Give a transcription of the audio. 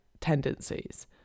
tendencies